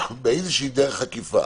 באיזושהי דרך עקיפה